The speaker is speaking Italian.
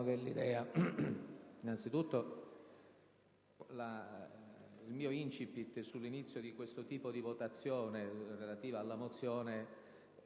innanzitutto, il mio *incipit* sull'inizio di questo tipo di votazione relativa alla mozione